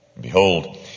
Behold